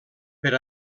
per